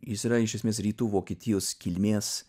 jis yra iš esmės rytų vokietijos kilmės